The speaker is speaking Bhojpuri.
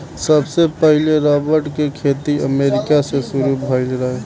सबसे पहिले रबड़ के खेती अमेरिका से शुरू भईल रहे